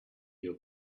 your